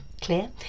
clear